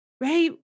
right